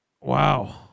Wow